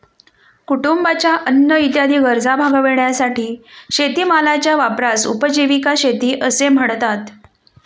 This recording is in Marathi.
कुटुंबाच्या अन्न इत्यादी गरजा भागविण्यासाठी शेतीमालाच्या वापरास उपजीविका शेती असे म्हणतात